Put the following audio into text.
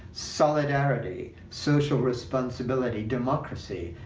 solidarity, social responsibility, democracy,